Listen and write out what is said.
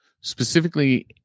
specifically